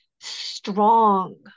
strong